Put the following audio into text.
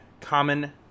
common